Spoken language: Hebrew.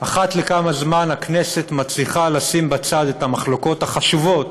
אחת לכמה זמן הכנסת מצליחה לשים בצד את המחלוקות החשובות